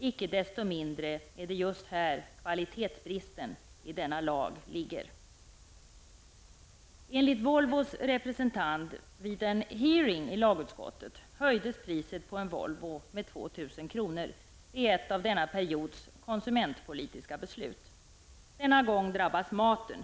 Icke desto mindre är det just här kvalitetsbristen i denna lag ligger. kr. vid ett av denna periods konsumentpolitiska beslut. Denna gång drabbas maten.